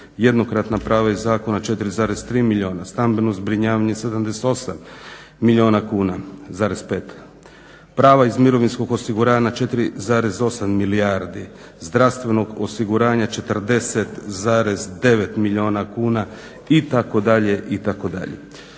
jednokratna prava iz zakona 4,3 milijuna, stambeno zbrinjavanje 78,5 milijuna kuna, prava iz mirovinskog osiguranja 4,8 milijardi, zdravstvenog osiguranja 40,9 milijuna kuna itd., itd.